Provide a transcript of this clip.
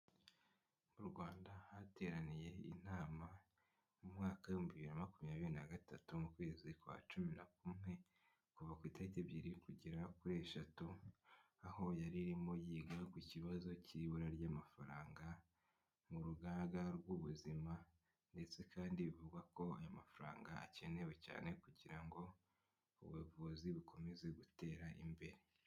Mu Rwanda hateraniye inama mu mwaka w'ibihumbi bibiri na makumyabiri na gatatu mu kwezi kwa cumi na kumwe kuva ku itariki ebyiri kugera kuri eshatu aho yari irimo yiga ku kibazo cy'ibura ry'amafaranga mu rugaga rw'ubuzima ndetse kandi bivugwa ko ayo mafaranga akenewe cyane kugira ngo ubuvuzi bukomeze gutera imbere.